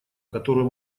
которую